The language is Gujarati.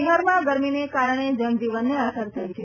બિહારમાં ગરમીના કારણે જનજીવનને અસર થઈ છે